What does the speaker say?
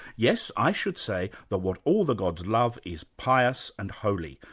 yes, i should say that what all the gods love is pious and holy,